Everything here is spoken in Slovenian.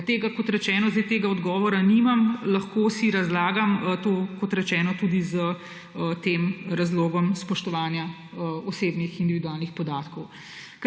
Kot rečeno, zdaj tega odgovora nimam, lahko si razlagam to tudi s tem razlogom spoštovanja osebnih, individualnih podatkov.